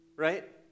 Right